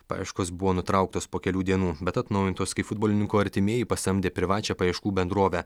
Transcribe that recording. paieškos buvo nutrauktas po kelių dienų bet atnaujintos kai futbolininko artimieji pasamdė privačią paieškų bendrovę